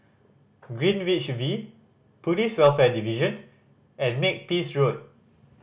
Greenwich V Police Welfare Division and Makepeace Road